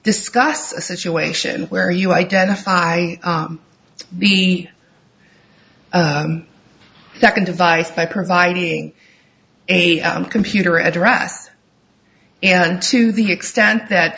discuss a situation where you identify the second device by providing a computer address and to the extent that